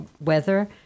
weather